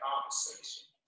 conversation